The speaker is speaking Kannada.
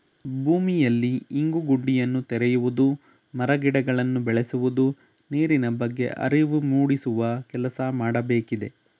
ಭೂಮಿಯಲ್ಲಿ ಇಂಗು ಗುಂಡಿಯನ್ನು ತೆರೆಯುವುದು, ಮರ ಗಿಡಗಳನ್ನು ಬೆಳೆಸುವುದು, ನೀರಿನ ಬಗ್ಗೆ ಅರಿವು ಮೂಡಿಸುವ ಕೆಲಸ ಮಾಡಬೇಕಿದೆ